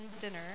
dinner